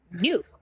new